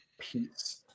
peace